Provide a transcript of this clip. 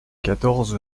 quatorze